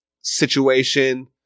situation